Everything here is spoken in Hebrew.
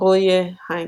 "טרוייא היינריך".